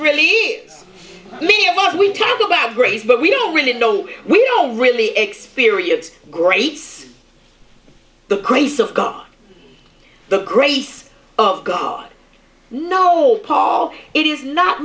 yes we talk about grace but we don't really know we don't really experience great is the grace of god the grace of god no paul it is not